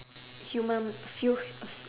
human feels